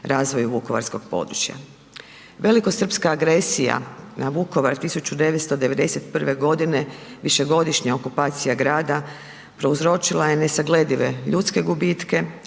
razvoju vukovarskog područja. Velikosrpska agresija na Vukovar 1991. godine, višegodišnja okupacija grada prouzročila je nesagledive ljudske gubitke,